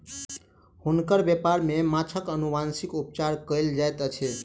हुनकर व्यापार में माँछक अनुवांशिक उपचार कयल जाइत अछि